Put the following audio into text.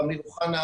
אמיר אוחנה,